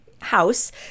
house